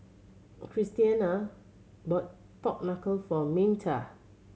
Christiana bought pork knuckle for Minta